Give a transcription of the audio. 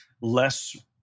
less